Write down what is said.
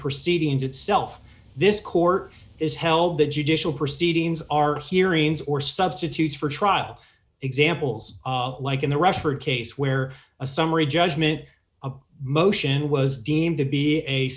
proceedings itself this court is held the judicial proceedings are hearings or substitutes for trial examples like in the referee case where a summary judgment a motion was deemed to be a